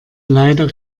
leider